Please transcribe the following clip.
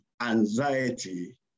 anxiety